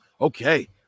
okay